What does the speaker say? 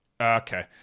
Okay